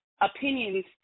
opinions